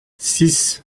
six